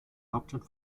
hauptstadt